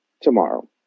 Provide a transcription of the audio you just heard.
tomorrow